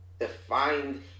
defined